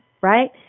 Right